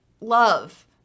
love